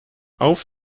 auf